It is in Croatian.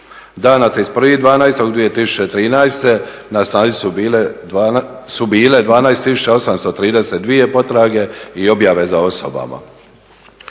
Dana 31.12.2013. na snazi su bile 12 832 potrage i objave za osobama.